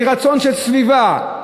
מרצון של סביבה,